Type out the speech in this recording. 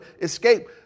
escape